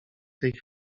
tej